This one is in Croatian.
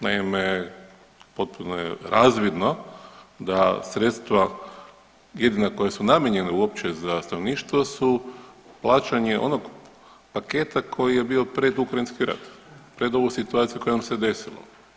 Naime, potpuno je razvidno da sredstva jedina koja su namijenjena uopće za stanovništvo su plaćanje onog paketa koji je bio pred ukrajinski rat pred ovu situaciju koja nam se desilo.